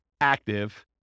active